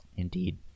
indeed